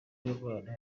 sibomana